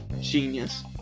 genius